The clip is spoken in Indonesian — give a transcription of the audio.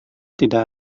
tidak